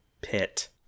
pit